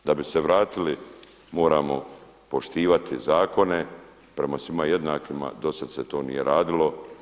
Da bi se vratili moramo poštivati zakone prema svima jednakima, do sada se to nije radilo.